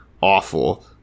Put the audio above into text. awful